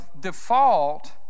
default